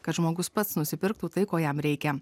kad žmogus pats nusipirktų tai ko jam reikia